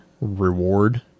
reward